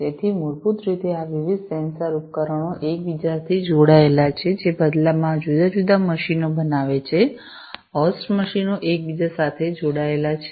તેથી મૂળભૂત રીતે આ વિવિધ સેન્સર ઉપકરણો એક બીજાથી જોડાયેલા છે જે બદલામાં આ જુદા જુદા મશીનો બનાવે છે હોસ્ટ મશીનો એક બીજા સાથે જોડાયેલા છે